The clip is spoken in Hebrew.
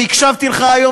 והקשבתי לך היום,